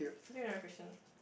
ask me another question